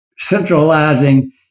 Centralizing